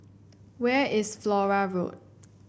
where is Flora Road